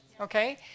okay